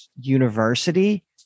university